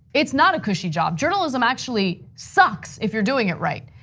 it's not a cushy job. journalism actually sucks if you're doing it right.